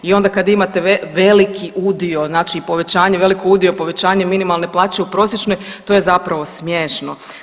I onda kad imate veliki udio, znači i povećanje veliki udio, povećanje minimalne plaće u prosječnoj to je zapravo smiješno.